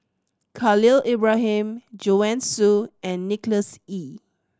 Khalil Ibrahim Joanne Soo and Nicholas Ee